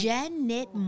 Janet